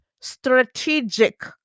strategic